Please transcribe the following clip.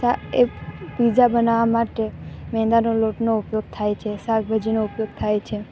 સા એ પીઝા બનાવવા માટે મેંદાનો લોટનો ઉપયોગ થાય છે શાકભાજીનો ઉપયોગ થાય છે